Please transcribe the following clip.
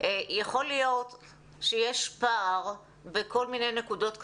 יכול להיות שיש פער בכל מיני נקודות קצה,